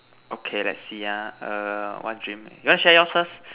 okay let's see ah err what dream you want share yours first